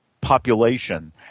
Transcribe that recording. population